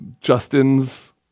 Justin's